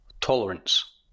Tolerance